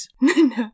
No